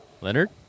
Leonard